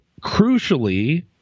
crucially